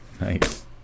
Nice